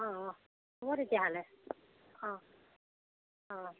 অঁ অঁ হ'ব তেতিয়াহ'লে অঁ অঁ